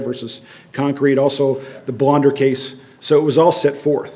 versus concrete also the blonder case so it was all set forth